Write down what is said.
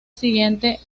siguiente